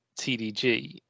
TDG